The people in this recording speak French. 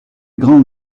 grand